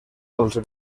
els